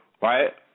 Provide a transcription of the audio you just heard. right